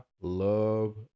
love